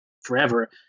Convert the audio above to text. forever